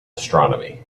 astronomy